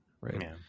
Right